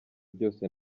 byose